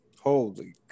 Holy